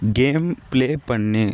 game play பண்ணு